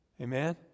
Amen